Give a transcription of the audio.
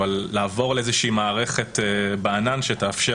לעבור לאיזה מערכת בענן שתאפשר